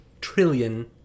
trillion